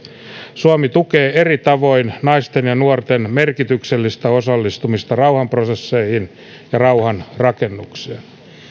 suomi tukee eri tavoin naisten ja nuorten merkityksellistä osallistumista rauhanprosesseihin ja rauhan rakennukseen